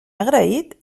agraït